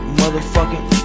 motherfucking